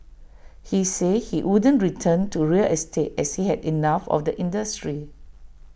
he said he wouldn't return to real estate as he had enough of the industry